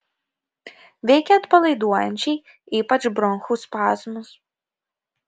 veikia atpalaiduojančiai ypač bronchų spazmus